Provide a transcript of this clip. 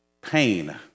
pain